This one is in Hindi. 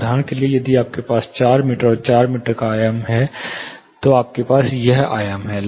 उदाहरण के लिए यदि आपके पास 4 मीटर और 4 मीटर का आयाम है तो आपके पास यह आयाम है